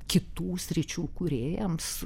kitų sričių kūrėjams